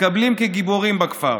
מתקבלים כגיבורים בכפר.